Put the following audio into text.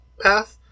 path